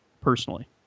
personally